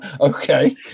Okay